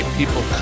people